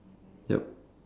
yup